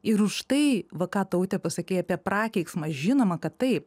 ir už tai va ką taute pasakei apie prakeiksmą žinoma kad taip